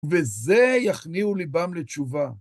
וזה יכניעו ליבם לתשובה.